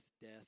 death